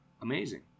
amazing